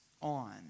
on